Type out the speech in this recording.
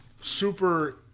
super